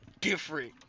different